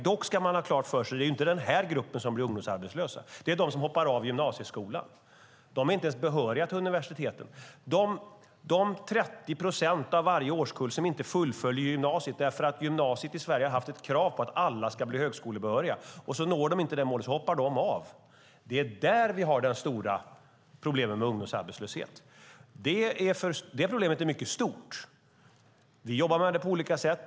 Man ska dock ha klart för sig att det inte är den här gruppen som blir arbetslösa, utan det är de som hoppar av gymnasieskolan. De är inte ens behöriga till universiteten. 30 procent av varje årskull fullföljer inte gymnasiet därför att gymnasiet i Sverige har haft ett krav på att alla ska bli högskolebehöriga. När de inte når det målet hoppar de av. Det är i den gruppen vi har de stora problemen med ungdomsarbetslöshet. Det problemet är mycket stort, och vi jobbar med det på olika sätt.